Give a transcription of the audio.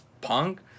punk